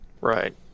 Right